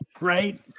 Right